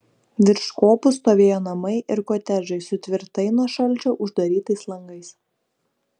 virš kopų stovėjo namai ir kotedžai su tvirtai nuo šalčio uždarytais langais